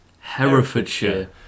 Herefordshire